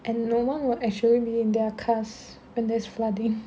and no one will actually be in their cars when there's flooding